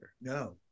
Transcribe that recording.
No